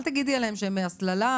אל תגידי עליהם הסללה.